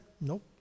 Nope